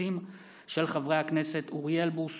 בעקבות דיון מהיר בהצעתם של חברי הכנסת אוריאל בוסו,